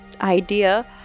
idea